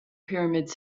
pyramids